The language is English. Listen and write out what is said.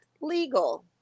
legal